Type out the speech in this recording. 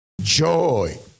Joy